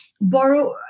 borrow